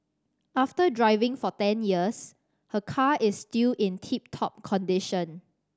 after driving for ten years her car is still in tip top condition